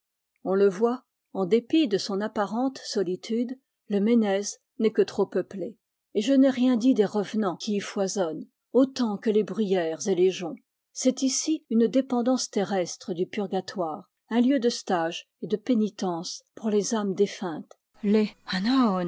on le voit en dépit de son apparente solitude le menez n'est que trop peuplé et je n'ai rien dit des revenants qui y foisonnent autant que les bruyères et les joncs c'est ici une dépendance terrestre du purgatoire un lieu de stage et de pénitence pour les âmes défuntes les